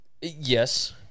Yes